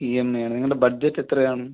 ഈ M I ആണ് നിങ്ങളുടെ ബഡ്ജറ്റ് എത്രയാണ്